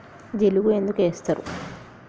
జిలుగు ఎందుకు ఏస్తరు?